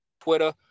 Twitter